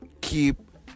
keep